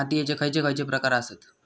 मातीयेचे खैचे खैचे प्रकार आसत?